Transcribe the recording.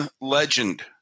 legend